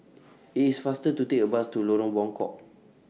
IT IS faster to Take A Bus to Lorong Buangkok